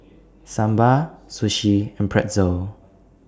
Sambar Sushi and Pretzel